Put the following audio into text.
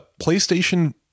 PlayStation